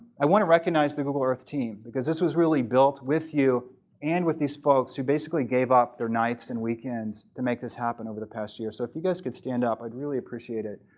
i want to recognize the google earth team. because this was really built with you and with these folks who basically gave up their nights and weekends to make this happen over the past year. so if you guys can stand up, i'd really appreciate it.